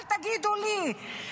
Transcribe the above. אל תגידו לי,